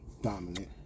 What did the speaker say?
Dominant